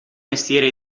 mestiere